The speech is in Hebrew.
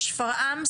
שפרעם,